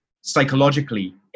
psychologically